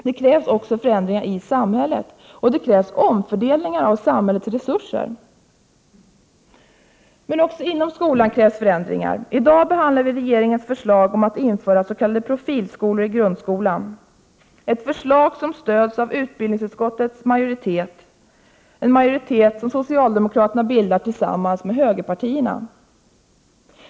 Det krävs också förändringar i samhället. Och det krävs omfördelningar av samhällets resurser. Även inom skolan krävs förändringar. I dag behandlar vi regeringens förslag om att införa s.k. profilskolor i grundskolan, ett förslag som stöds av utbildningsutskottets majoritet, en majoritet som socialdemokraterna bildar tillsammans med högerpartierna.